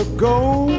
Go